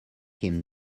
him